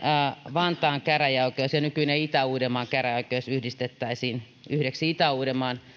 vantaan käräjäoikeus ja nykyinen itä uudenmaan käräjäoikeus yhdistettäisiin yhdeksi itä uudenmaan